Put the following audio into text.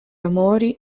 amori